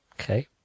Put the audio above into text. okay